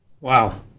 Wow